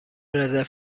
رزرو